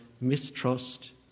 mistrust